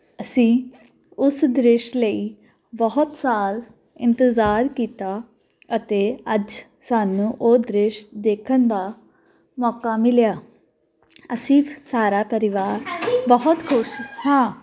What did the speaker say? ਅਸੀਂ ਉਸ ਦ੍ਰਿਸ਼ ਲਈ ਬਹੁਤ ਸਾਲ ਇੰਤਜ਼ਾਰ ਕੀਤਾ ਅਤੇ ਅੱਜ ਸਾਨੂੰ ਉਹ ਦ੍ਰਿਸ਼ ਦੇਖਣ ਦਾ ਮੌਕਾ ਮਿਲਿਆ ਅਸੀਂ ਸਾਰਾ ਪਰਿਵਾਰ ਬਹੁਤ ਖੁਸ਼ ਹਾਂ